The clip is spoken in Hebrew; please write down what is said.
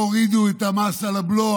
פה הורידו את המס על הבלו,